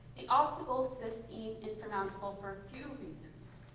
the obstacles to this seems insurmountable for a few reasons.